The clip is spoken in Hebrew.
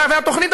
והתוכנית,